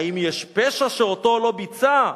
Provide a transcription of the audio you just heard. האם יש פשע שאותו לא ביצע?